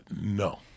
No